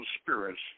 spirits